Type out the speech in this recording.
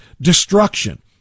destruction